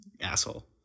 Asshole